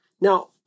Now